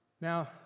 Now